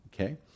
Okay